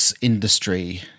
industry